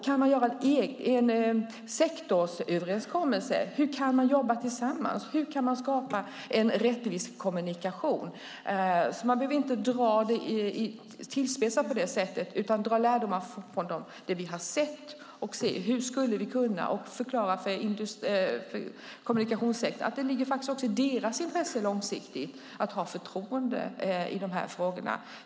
Kan man göra en sektorsöverenskommelse? Hur kan man jobba tillsammans? Hur kan man skapa en rättvis kommunikation? Man behöver alltså inte spetsa till det utan dra lärdom av det som vi har sett och förklara för kommunikationssektorn att det långsiktigt faktiskt också ligger i deras intresse att ha förtroende i dessa frågor.